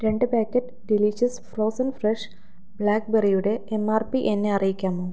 രണ്ട് packet delicious frozen fresh ബ്ലാക്ക്ബെറിയുടെ M R P എന്നെ അറിയിക്കാമോ